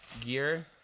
gear